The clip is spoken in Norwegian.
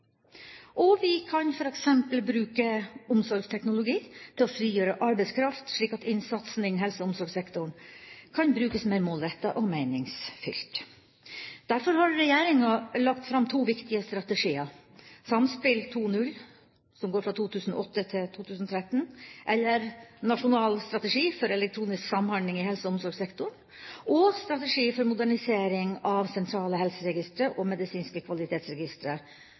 Og vi kan f.eks. bruke omsorgsteknologi til å frigjøre arbeidskraft, slik at innsatsen innen helse- og omsorgssektoren kan brukes mer målrettet og meningsfylt. Derfor har regjeringa lagt fram to viktige strategier: Samspill 2.0 Nasjonal strategi for elektronisk samhandling i helse- og omsorgssektoren 2008–2013 og Strategi for modernisering og samordning av sentrale helseregistre og medisinske kvalitetsregistre